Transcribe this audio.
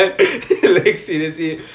ya